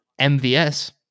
MVS